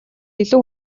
илүү